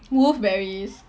wolfberries